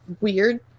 weird